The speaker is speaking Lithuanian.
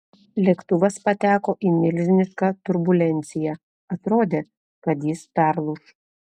lėktuvas pateko į milžinišką turbulenciją atrodė kad jis perlūš